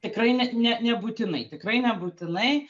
tikrai ne ne nebūtinai tikrai ne būtinai